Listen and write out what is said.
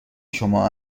شما